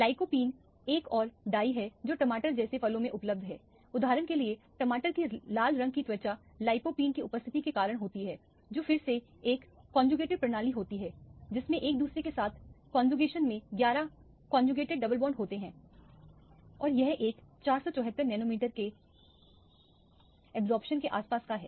lycopene एक और dye है जो टमाटर जैसे फलों में उपलब्ध है उदाहरण के लिए टमाटर की लाल रंग की त्वचा लाइकोपीन की उपस्थिति के कारण होती है जो फिर से एक कौनजोगेटेड प्रणाली होती है जिसमें एक दूसरे के साथ कौनजुकेशन में 11 कौनजोगेटेड डबल बॉन्ड होते हैं और यह एक 474 नैनोमीटर के अब्जॉर्प्शन के आसपास का है